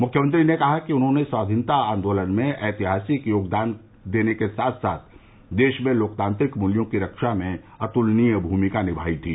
मुख्यमंत्री ने कहा कि उन्होंने स्वाधीनता आन्दोलन में ऐतिहासिक योगदान देने के साथ साथ देश में लोकतांत्रिक मूल्यों की रक्षा में अतुलनीय भूमिका निभायी थी